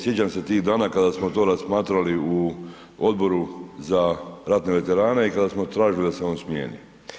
Sjećam se tih dana kada smo to razmatrali u Odboru za ratne veterane i kada smo tražili da se on smijeni.